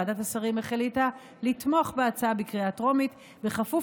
ועדת השרים החליטה לתמוך בהצעה בקריאה טרומית בכפוף